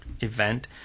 event